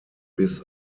bis